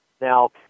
Now